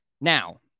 Now